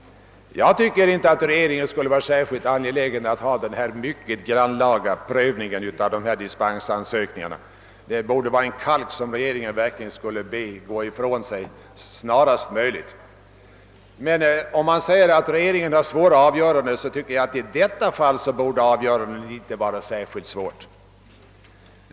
Jag tycker inte att regeringen borde vara särskilt angelägen att handha denna mycket grannlaga prövning av dispensansökningarna. Regeringen borde i stället be om att denna kalk månde gå ifrån den snarast möjligt. Men om man säger att regeringen ställs inför svåra avgöranden, så tycker jag ändå att i detta fall avgörandet inte borde vara särskilt svårt.